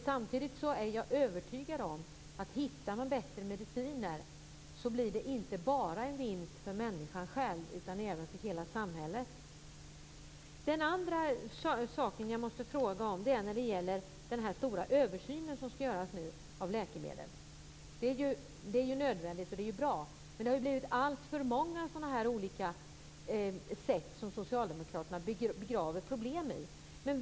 Jag är övertygad om att hittar man bättre mediciner blir det en vinst inte bara för människan själv utan även för hela samhället. Den andra saken jag måste fråga om är den stora översyn av läkemedel som skall göras nu. Det är ju nödvändigt och bra. Men det har blivit alltför många sådana olika sätt som socialdemokraterna begraver problem på.